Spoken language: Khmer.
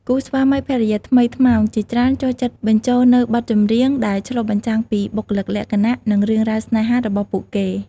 គូស្វាមីភរិយាថ្មីថ្មោងជាច្រើនចូលចិត្តបញ្ចូលនូវបទចម្រៀងដែលឆ្លុះបញ្ចាំងពីបុគ្គលិកលក្ខណៈ និងរឿងរ៉ាវស្នេហារបស់ពួកគេ។